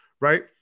right